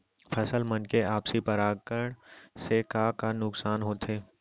फसल मन के आपसी परागण से का का नुकसान होथे?